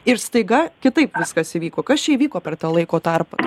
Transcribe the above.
ir staiga kitaip viskas įvyko kas čia įvyko per tą laiko tarpą